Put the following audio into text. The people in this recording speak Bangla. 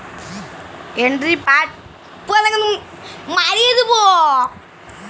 ক্রেডিট কার্ডের জন্হে অনলাইল এপলাই ক্যরতে গ্যালে এপ্লিকেশনের লম্বর দিত্যে হ্যয়